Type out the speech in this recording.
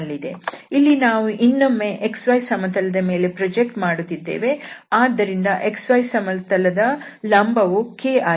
ಇಲ್ಲಿ ನಾವು ಇನ್ನೊಮ್ಮೆ xyಸಮತಲದ ಮೇಲೆ ಪ್ರೊಜೆಕ್ಟ್ ಮಾಡುತ್ತಿದ್ದೇವೆ ಆದ್ದರಿಂದ xy ಸಮತಲದ ಲಂಬವು k ಆಗಿದೆ